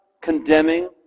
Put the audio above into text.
condemning